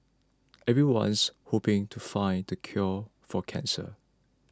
everyone's hoping to find the cure for cancer